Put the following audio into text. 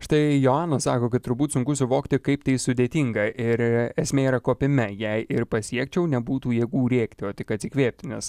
štai joana sako kad turbūt sunku suvokti kaip tai sudėtinga ir esmė yra kaupime jei ir pasiekčiau nebūtų jėgų rėkti o tik atsikvėpti nes